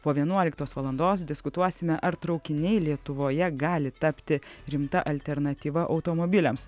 po vienuoliktos valandos diskutuosime ar traukiniai lietuvoje gali tapti rimta alternatyva automobiliams